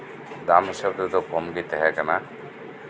ᱫᱟᱢ ᱦᱤᱥᱟᱹᱵ ᱛᱮᱫᱚ ᱠᱚᱢ ᱜᱮ ᱛᱟᱦᱮᱸ ᱠᱟᱱᱟ